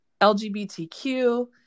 LGBTQ